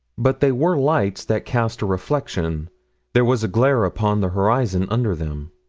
but they were lights that cast a reflection there was a glare upon the horizon under them.